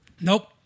Nope